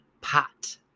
pot